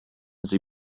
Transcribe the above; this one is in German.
sie